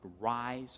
rise